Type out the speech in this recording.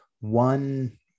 one